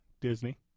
Disney